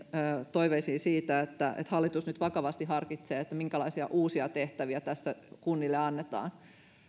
toiveisiin siitä että hallitus nyt vakavasti harkitsee minkälaisia uusia tehtäviä tässä kunnille annetaan